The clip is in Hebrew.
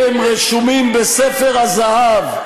הם רשומים בספר הזהב,